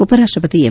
ಉಪರಾಷ್ಟ ಪತಿ ಎಂ